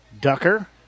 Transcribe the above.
Ducker